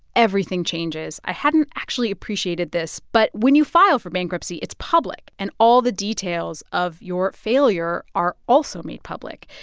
everything changes. i hadn't actually appreciated this, but when you file for bankruptcy, it's public, and all the details of your failure are also made public.